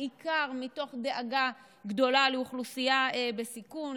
בעיקר מתוך דאגה גדולה לאוכלוסייה בסיכון,